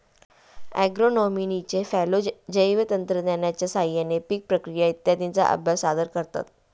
ॲग्रोनॉमीचे फेलो जैवतंत्रज्ञानाच्या साहाय्याने पीक प्रक्रिया इत्यादींचा अभ्यास सादर करतात